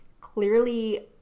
clearly